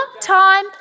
time